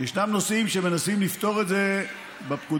ישנם נושאים שמנסים לפתור את זה בפקודה